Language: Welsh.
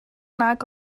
nag